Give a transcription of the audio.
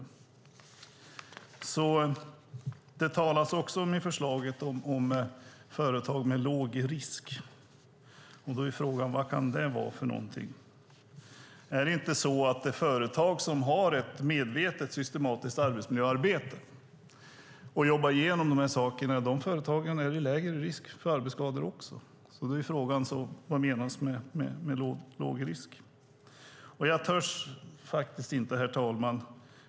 I förslaget talas också om företag med låg risk. Frågan är vad det kan vara. Är det inte så att det är lägre risk för arbetsskador i de företag som har ett medvetet systematiskt arbetsmiljöarbete och jobbar igenom dessa saker? Frågan är alltså vad som menas med låg risk. Herr talman!